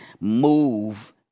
move